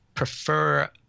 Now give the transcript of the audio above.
prefer